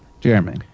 Jeremy